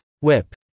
Whip